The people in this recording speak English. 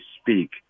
speak